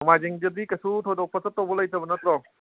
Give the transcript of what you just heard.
ꯅꯣꯡꯃꯥꯏꯖꯤꯡꯗꯗꯤ ꯀꯩꯁꯨ ꯊꯣꯏꯗꯣꯛꯄ ꯆꯠꯇꯧꯕ ꯂꯩꯇꯕ ꯅꯠꯇ꯭ꯔꯣ